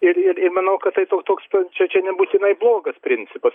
ir ir ir manau kad tai to toks čia čia nebūtinai blogas principas